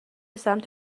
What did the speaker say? سمت